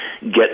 get